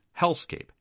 hellscape